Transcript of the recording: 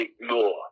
ignore